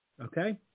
okay